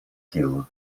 killed